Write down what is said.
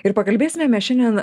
ir pakalbėsime mes šiandien